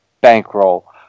bankroll